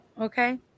okay